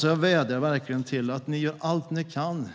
Jag vädjar verkligen till er som representerar regeringspartierna.